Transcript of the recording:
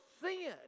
sin